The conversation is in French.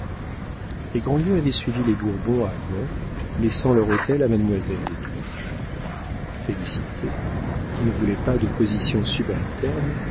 les grandlieu avaient suivi les bourbons à gand laissant leur hôtel à mademoiselle des touches félicité qui ne voulait pas de position subalterne